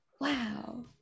Wow